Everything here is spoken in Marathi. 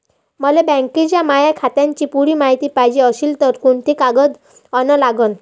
मले बँकेच्या माया खात्याची पुरी मायती पायजे अशील तर कुंते कागद अन लागन?